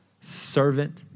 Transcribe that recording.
servant